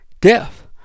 Death